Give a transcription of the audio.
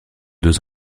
deux